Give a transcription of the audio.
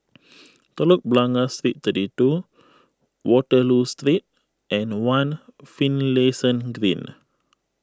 Telok Blangah Street thirty two Waterloo Street and one Finlayson Green